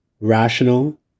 rational